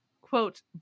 quote